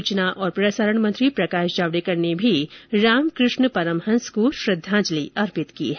सुचना और प्रसारण मंत्री प्रकाश जावडेकर ने भी रामकृष्ण परमहंस को श्रद्धांजलि अर्पित की है